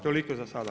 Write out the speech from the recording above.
Toliko za sada.